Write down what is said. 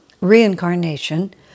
reincarnation